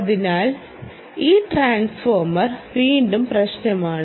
അതിനാൽ ഈ ട്രാൻസ്ഫോർമർ വീണ്ടും പ്രശ്നമാണ്